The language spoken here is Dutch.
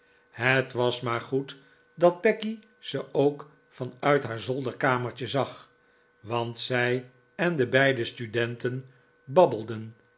het was maar goed dat becky ze ook van uit haar zolderkamertje zag want zij en de beide studenten babbelden